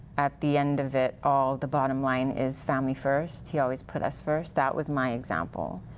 at the end of it, all the bottom line is family first. he always put us first. that was my example.